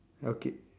okay